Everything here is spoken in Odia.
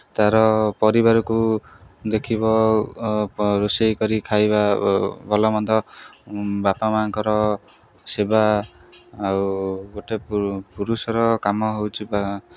ତା'ର ପରିବାରକୁ ଦେଖିବ ରୋଷେଇ କରି ଖାଇବା ଭଲ ମନ୍ଦ ବାପା ମାଆଙ୍କର ସେବା ଆଉ ଗୋଟେ ପୁରୁଷର କାମ ହେଉଛି ବା